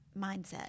mindset